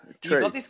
True